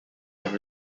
have